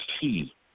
key